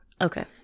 Okay